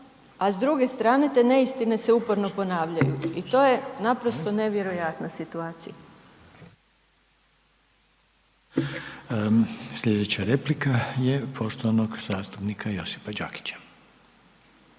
a s druge strane, te neistine se uporno ponavljaju i to je naprosto nevjerojatna situacija. **Reiner, Željko (HDZ)** Sljedeća replika je poštovanog zastupnika Josipa Đakića.